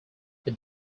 they